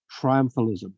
triumphalism